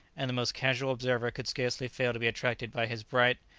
and the most casual observer could scarcely fail to be attracted by his bright,